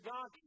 God